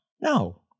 No